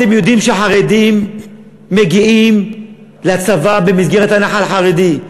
אתם יודעים שחרדים מגיעים לצבא במסגרת הנח"ל החרדי,